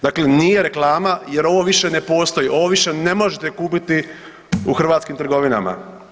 Dakle, nije reklama jer ovo više ne postoji, ovo više ne možete kupiti u hrvatskim trgovinama.